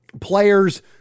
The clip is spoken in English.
players